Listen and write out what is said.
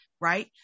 right